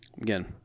Again